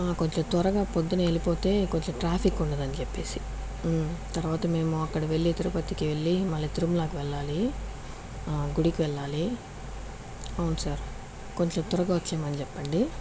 కొంచెం త్వరగా పొద్దునే వెళ్ళిపోతే కొంచెం ట్రాఫిక్ ఉండదు అని చెప్పేసి తర్వాత మేము అక్కడ వెళ్ళి తిరుపతికి వెళ్ళి మళ్ళీ తిరుమలకి వెళ్ళాలి గుడికి వెళ్ళాలి అవును సార్ కొంచెం త్వరగా వచ్చేయమని చెప్పండి